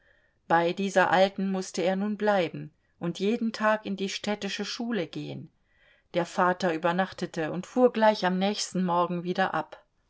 bei dieser alten mußte er nun bleiben und jeden tag in die städtische schule gehen der vater übernachtete und fuhr gleich am nächsten morgen wieder ab